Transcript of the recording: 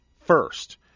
first